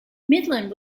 midland